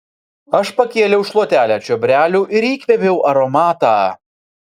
aš pakėliau šluotelę čiobrelių ir įkvėpiau aromatą